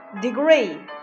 Degree